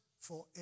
forever